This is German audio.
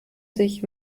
sich